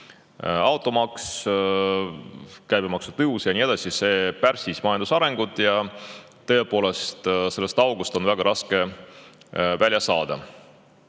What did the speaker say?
automaks, käibemaksu tõus ja nii edasi. See on pärssinud majanduse arengut ja tõepoolest sellest august on väga raske välja saada.